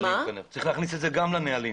צריך להכניס את זה לנהלים.